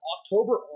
October